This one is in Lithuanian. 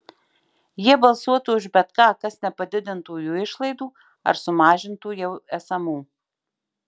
jie balsuotų už bet ką kas nepadidintų jų išlaidų ar sumažintų jau esamų